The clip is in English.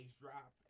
drop